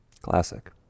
Classic